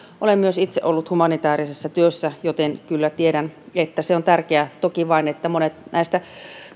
olen myös itse ollut humanitäärisessä työssä joten kyllä tiedän että se on tärkeää toki vain että monet näistä